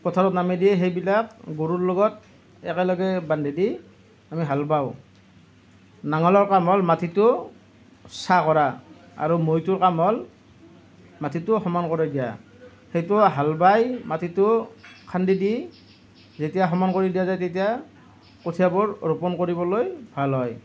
পথাৰত নামি দিয়ে সেইবিলাক গৰুৰ লগত একেলগে বান্ধি দি আমি হাল বাওঁ নাঙলৰ কাম হ'ল মাটিটো চাহ কৰা আৰু মৈটোৰ কাম হ'ল মাটিটো সমান কৰি দিয়া সেইটো হাল বাই মাটিটো খান্দি দি যেতিয়া সমান কৰি দিয়া যায় তেতিয়া কঠীয়াবোৰ ৰোপন কৰিবলৈ ভাল হয়